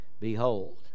Behold